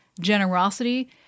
generosity